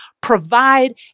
provide